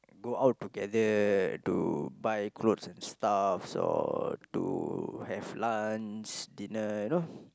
go out together to buy clothes and stuff so to have lunch dinner you know